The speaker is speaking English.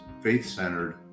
faith-centered